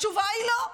התשובה היא לא,